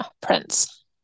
prince